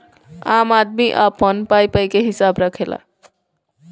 आम आदमी अपन पाई पाई के हिसाब रखेला